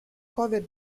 cover